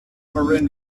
maroon